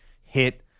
hit